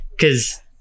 cause